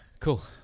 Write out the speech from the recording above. Cool